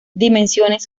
dimensiones